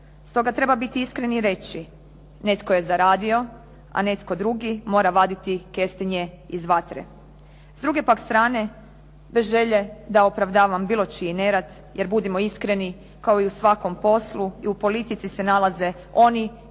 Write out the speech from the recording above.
Stoga treba biti iskren i reći, netko je zaradio a netko drugi mora vaditi kestenje iz vatre. S druge pak strane bez želje da opravdavam bilo čiji nerad jer budimo iskreni kao i u svakom poslu i u politici se nalaze oni koji